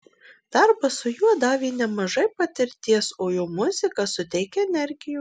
darbas su juo davė nemažai patirties o jo muzika suteikia energijos